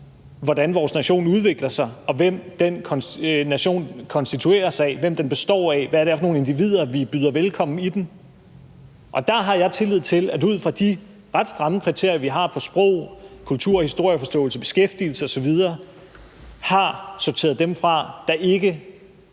hvordan vores nation udvikler sig, og hvem den nation konstitueres af: hvem den består af, hvad det er for nogle individer, vi byder velkommen i den. Der har jeg tillid til, at man ud fra de ret stramme kriterier, vi har på sprog, kultur, historieforståelse, beskæftigelse osv., har sorteret dem fra, der ikke